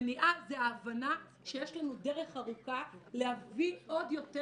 מניעה זה ההבנה שיש לנו דרך ארוכה להביא עוד יותר